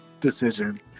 decision